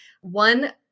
one